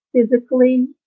physically